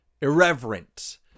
Irreverent